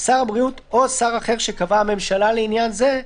"שר הבריאות או שר אחר שקבעה הממשלה לעניין זה,